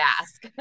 ask